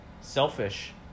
selfish